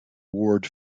ward